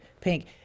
pink